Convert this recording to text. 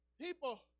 people